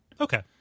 Okay